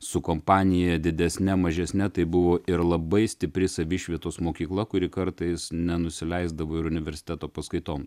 su kompanija didesne mažesne tai buvo ir labai stipri savišvietos mokykla kuri kartais nenusileisdavo ir universiteto paskaitom